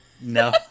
No